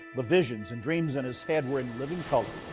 the visions and dreams in his head were in living color.